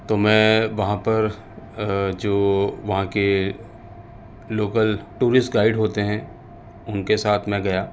تو میں وہاں پر جو وہاں کے لوکل ٹورسٹ گائڈ ہوتے ہیں ان کے ساتھ میں گیا